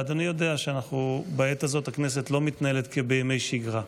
ואדוני יודע שבעת הזו הכנסת לא מתנהלת כבימי שגרה,